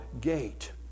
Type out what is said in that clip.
gate